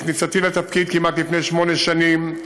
בכניסתי לתפקיד כמעט לפני שמונה שנים.